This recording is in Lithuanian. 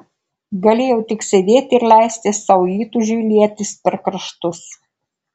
galėjau tik sėdėti ir leisti savo įtūžiui lietis per kraštus